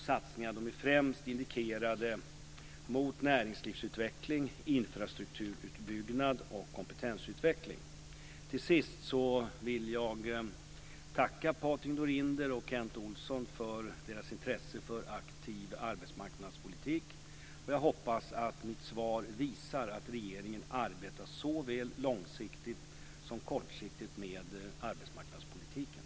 Satsningarna är främst inriktade mot näringslivsutveckling, infrastrukturutbyggnad och kompetensutveckling. Till sist vill jag tacka Patrik Norinder och Kent Olsson för deras intresse för aktiv arbetsmarknadspolitik, och jag hoppas att mitt svar visar att regeringen arbetar såväl långsiktigt som kortsiktigt med arbetsmarknadspolitiken.